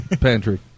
Pantry